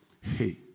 Hey